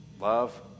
Love